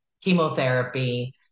chemotherapy